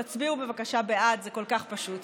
תצביעו בבקשה בעד, זה כל כך פשוט.